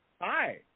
Hi